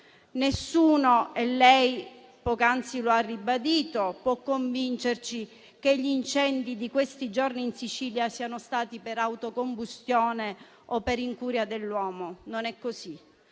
Nessuno - e lei poc'anzi lo ha ribadito - può convincerci che gli incendi di questi giorni in Sicilia siano stati per autocombustione o per incuria dell'uomo. Non è così.